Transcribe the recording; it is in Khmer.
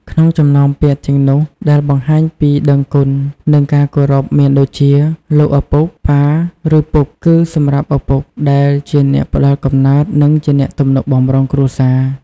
ក្នុងចំណោមពាក្យទាំងនោះដែលបង្ហាញពីដឹងគុណ និងការគោរព មានដូចជា លោកឪពុក ប៉ា ឬពុកគឺ សម្រាប់ឪពុក ដែលជាអ្នកផ្ដល់កំណើត និងជាអ្នកទំនុកបម្រុងគ្រួសារ។